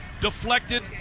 Deflected